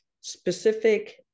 specific